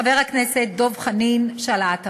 חבר הכנסת דב חנין, של העלאת המס.